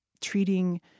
treating